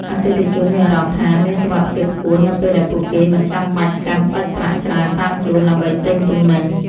អតិថិជនមានអារម្មណ៍ថា មានសុវត្ថិភាពខ្ពស់នៅពេលដែលពួកគេមិនចាំបាច់កាន់សាច់ប្រាក់ច្រើនតាមខ្លួនដើម្បីទិញទំនិញ។